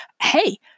Hey